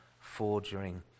forging